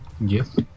Yes